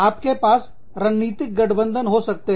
आपके पास रणनीतिक गठबंधन हो सकते हैं